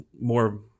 more